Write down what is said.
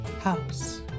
House